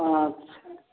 अच्छे